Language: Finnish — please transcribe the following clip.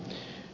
puhemies